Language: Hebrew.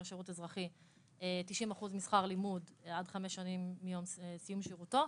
שירות אזרחי 90% משכר לימוד עד חמש שנים מיום סיום שירותו,